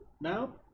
now